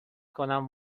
کنم